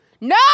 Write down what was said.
No